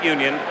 Union